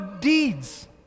deeds